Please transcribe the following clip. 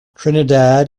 trinidad